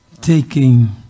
Taking